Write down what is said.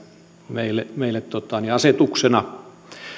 meille meille asetuksena